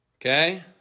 Okay